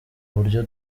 uburyo